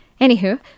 Anywho